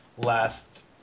Last